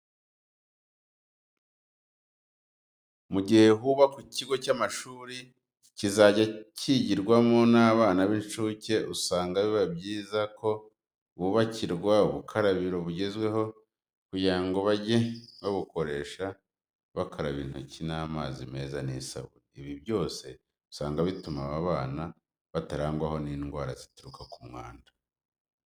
Mu gihe hubakwa ikigo cy'amashuri kizajya cyigirwamo n'abana b'incuke usanga biba byiza ko bubakirwa ubukarabiro bugezweho kugira ngo bajye babukoresha bakaraba intoki n'amazi meza n'isabune. Ibi byose usanga bituma aba bana batarangwaho n'indwara zituruka ku mwanda.